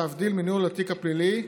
להבדיל מניהול התיק הפלילי,